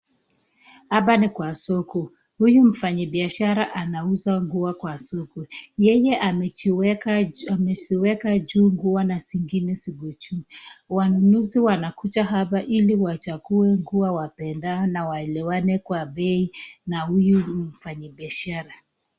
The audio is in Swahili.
Hapa ni kwa soko, huyu mfanyi biashara anauza nguo kwa soko, yeye ameziweka nguo juu na zingine ziko chini, wanunuzi wanakuja hapa ili wachague nguo wapendazo na waelewane kwa bei na huyu mfanyi biashara.